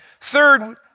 Third